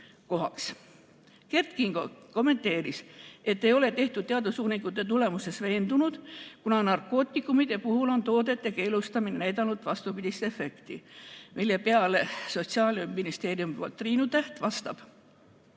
Kert Kingo kommenteeris, et ei ole tehtud teadusuuringute tulemustes veendunud, kuna narkootikumide puhul on toodete keelustamine näidanud vastupidist efekti, mille peale Sotsiaalministeeriumi poolt Triinu Täht vastas,